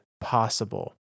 possible